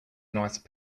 nice